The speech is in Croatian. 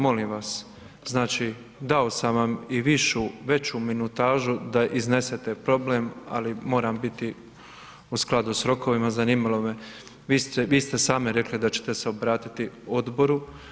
Molim vas, znači dao sam vam i višu, veću minutažu da iznesete problem, ali moram biti u skladu s rokovima, zanimalo me, vi ste sami rekli da ćete se obratiti odboru.